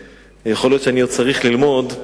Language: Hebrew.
יכול להיות שאני עוד צריך ללמוד,